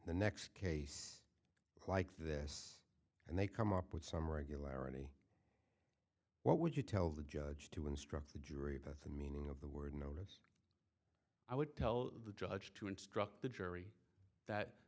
the next case like this and they come up with some regularity what would you tell the judge to instruct the jury that the meaning of the word notice i would tell the judge to instruct the jury that